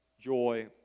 joy